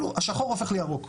השחור הופך לירוק.